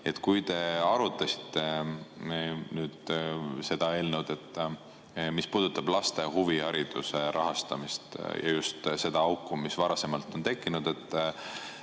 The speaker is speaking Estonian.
Kui te arutasite seda eelnõu, mis puudutab laste huvihariduse rahastamist, ja just seda auku, mis varasemalt on tekkinud,